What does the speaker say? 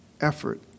Effort